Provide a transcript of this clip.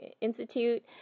institute